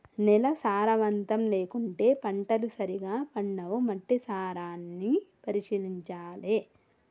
నేల సారవంతం లేకుంటే పంటలు సరిగా పండవు, మట్టి సారాన్ని పరిశీలించాలె